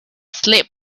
sleep